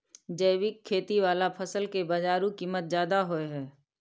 जैविक खेती वाला फसल के बाजारू कीमत ज्यादा होय हय